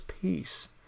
peace